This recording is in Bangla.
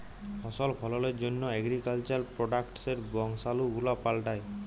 ফসল ফললের জন্হ এগ্রিকালচার প্রডাক্টসের বংশালু গুলা পাল্টাই